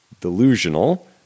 delusional